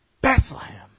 Bethlehem